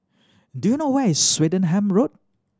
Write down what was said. do you know where is Swettenham Road